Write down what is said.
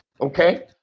Okay